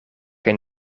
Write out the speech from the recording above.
kaj